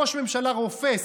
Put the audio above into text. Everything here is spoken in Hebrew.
ראש ממשלה רופס,